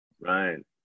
right